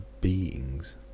beings